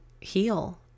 heal